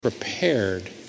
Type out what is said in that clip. prepared